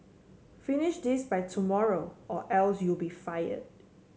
finish this by tomorrow or else you'll be fired